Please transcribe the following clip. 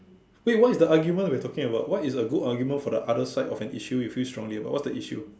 wait what is the argument we are talking about what is a good argument for the other side of an issue you feel strongly about what's the issue